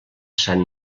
sant